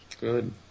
Good